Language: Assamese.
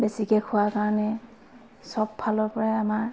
বেছিকৈ খোৱা কাৰণে চব ফালৰপৰাই আমাৰ